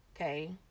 Okay